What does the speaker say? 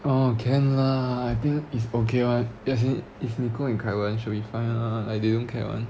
oh can lah I think is okay [one] as in is nicole and kai wen should be fine lah like they don't care [one]